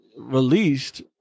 Released